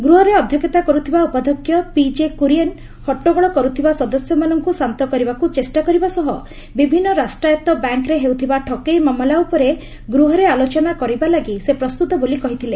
ଗୃହରେ ଅଧ୍ୟକ୍ଷତା କରୁଥିବା ଉପାଧ୍ୟକ୍ଷ ପିଜେ କୁରିଏନ୍ ହଟ୍ଟଗୋଳ କରୁଥିବା ସଦସ୍ୟମାନଙ୍କୁ ଶାନ୍ତ କରିବାକୁ ଚେଷ୍ଟା କରିବା ସହ ବିଭିନ୍ନ ରାଷ୍ଟ୍ରାୟତ୍ତ ବ୍ୟାଙ୍କ୍ରେ ହେଉଥିବା ଠକେଇ ମାମଲା ଉପରେ ଗୃହରେ ଆଲୋଚନା କରାଇବା ଲାଗି ସେ ପ୍ରସ୍ତୁତ ବୋଲି କହିଥିଲେ